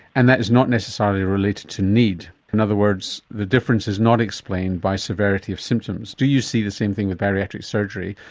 and that is not necessarily related to need. in other words, the difference is not explained by severity of symptoms. do you see the same thing with bariatric surgery,